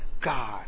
God